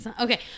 Okay